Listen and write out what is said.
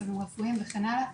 מצבים רפואיים וכן הלאה,